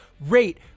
Rate